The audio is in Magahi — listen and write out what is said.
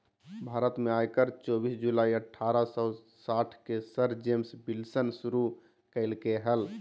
भारत में आयकर चोबीस जुलाई अठारह सौ साठ के सर जेम्स विल्सन शुरू कइल्के हल